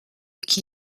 qui